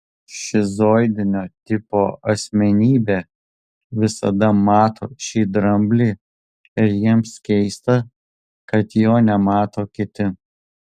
šizoidinio tipo asmenybė visada mato šį dramblį ir jiems keista kad jo nemato kiti